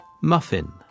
muffin